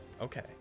Okay